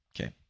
okay